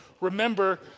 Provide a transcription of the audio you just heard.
remember